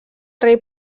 rei